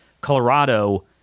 Colorado